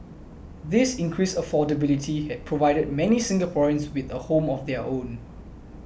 this increased affordability and provided many Singaporeans with a home of their own